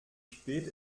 spät